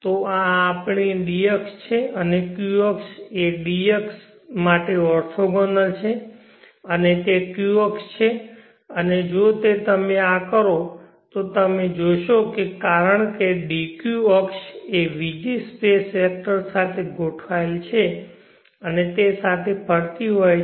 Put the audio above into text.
તો આ આપણી dઅક્ષ છે અને q અક્ષ એ d અક્ષ માટે ઓર્થોગ્નલ છે અને તે q અક્ષ છે અને જો તમે આ કરો તો તમે જોશો કે કારણ કે dq અક્ષ એ vg સ્પેસ વેક્ટર સાથે ગોઠવાયેલ છે અને તે સાથે ફરતી હોય છે